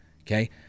Okay